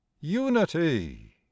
unity